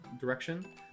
direction